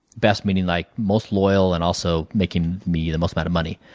best meaning like most loyal, and also making me the most amount of money,